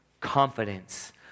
confidence